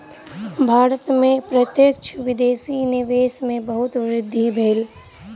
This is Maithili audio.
भारत में प्रत्यक्ष विदेशी निवेश में बहुत वृद्धि भेल